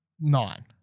nine